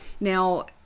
Now